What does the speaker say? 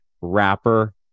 rapper